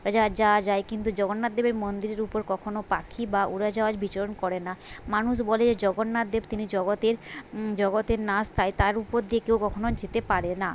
উরজাহজ যাওয়া যায় কিন্তু জগন্নাথ দেবের মন্দিরের উপর কখনো পাখি বা উড়োজাহাজ বিচরণ করে না মানুষ বলে যে জগন্নাথ দেব তিনি জগতের জগতের নাস তাই তার উপর দিয়ে কেউ কখনো যেতে পারে না